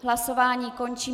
Hlasování končím.